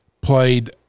played